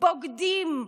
בוגדים,